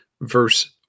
verse